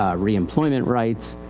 ah reemployment rights.